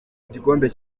igikombe